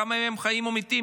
כמה מהם חיים או מתים.